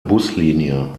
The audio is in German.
buslinie